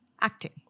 Acting